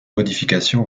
modification